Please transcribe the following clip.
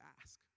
ask